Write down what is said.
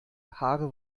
haare